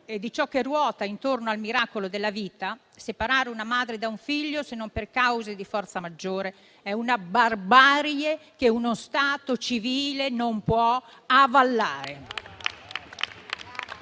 e di ciò che ruota intorno al miracolo della vita, separare una madre da un figlio, se non per cause di forza maggiore, è una barbarie che uno Stato civile non può avallare.